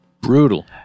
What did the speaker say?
brutal